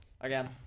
again